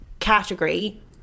Category